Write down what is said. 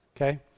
okay